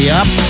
up